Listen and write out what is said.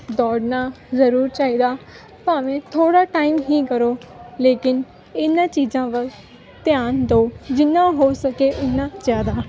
ਦੌੜਨਾ ਜ਼ਰੂਰ ਚਾਹੀਦਾ ਭਾਵੇਂ ਥੋੜ੍ਹਾ ਟਾਈਮ ਹੀ ਕਰੋ ਲੇਕਿਨ ਇਹਨਾਂ ਚੀਜ਼ਾਂ ਵੱਲ ਧਿਆਨ ਦਿਉ ਜਿੰਨਾਂ ਹੋ ਸਕੇ ਇੰਨਾਂ ਜ਼ਿਆਦਾ